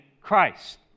Christ